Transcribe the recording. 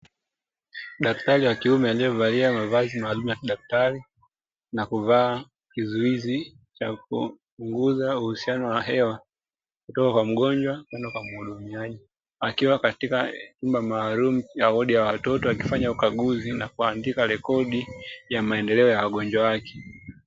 Daktari wa kuime aliyevalia mavazi maalumu ya kidaktari na kuvaa kizuizi cha kupunguza uhusiano wa hewa kutoka kwa mgonjwa kwenda kwa mhudumiaji, akiwa katika chumba maalumu cha wodi ya watoto akifanya ukaguzi na kuandika rekodi ya maendeleo ya wagonjwa wake.